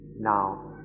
now